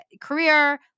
Career